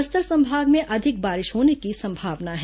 बस्तर संभाग में ज्यादा बारिश होने की संभावना है